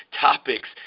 topics